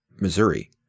Missouri